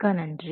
மிக்க நன்றி